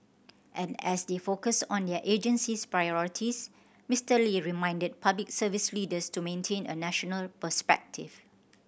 and as they focus on their agency's priorities Mister Lee reminded Public Service leaders to maintain a national perspective